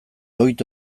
ohitu